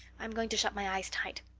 i'm going to shut my eyes tight.